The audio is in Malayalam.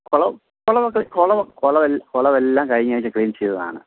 കുളം കുളം ഒക്കെ കുളം എല്ല് കുളം എല്ലാം കഴിഞ്ഞ ആഴ്ച്ച ക്ലീൻ ചെയ്തതാണ്